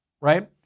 right